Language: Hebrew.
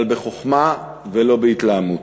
אבל בחוכמה, לא בהתלהמות.